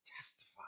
testify